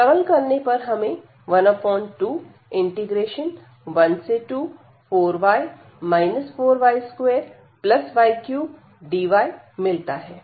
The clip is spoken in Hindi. सरल करने पर हमें 12124y 4y2y3dy मिलता है